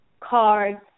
cards